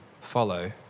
follow